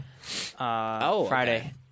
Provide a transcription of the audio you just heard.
Friday